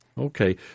Okay